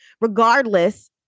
regardless